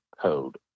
code